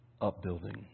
upbuilding